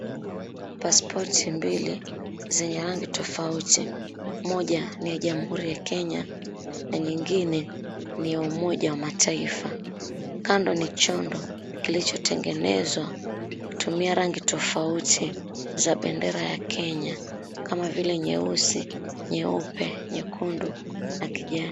Paspoti mbili zenye rangi tofauti. Moja ni ya Jamhuri ya Kenya na nyingine ni ya Umoja wa Mataifa. Kando ni chondo kilichotengenezwa kutumia rangi tofauti za bendera ya Kenya kama vile nyeusi, nyeupe, nyekundu na kijani.